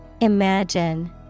Imagine